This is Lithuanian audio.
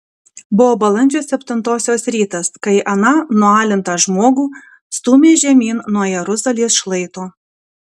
buvo balandžio septintosios rytas kai aną nualintą žmogų stūmė žemyn nuo jeruzalės šlaito